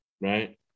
right